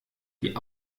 die